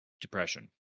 depression